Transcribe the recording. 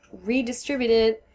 redistributed